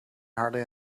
hardly